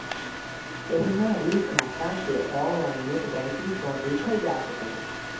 एहिना ऋण खाता कें ऑनलाइन नेट बैंकिंग सं देखल जा सकैए